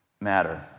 matter